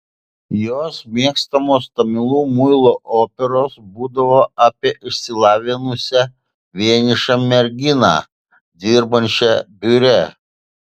jos mėgstamos tamilų muilo operos būdavo apie išsilavinusią vienišą merginą dirbančią biure